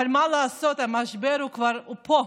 אבל מה לעשות, המשבר כבר פה.